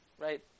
right